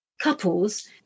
couples